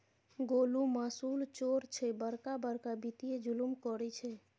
गोलु मासुल चोर छै बड़का बड़का वित्तीय जुलुम करय छै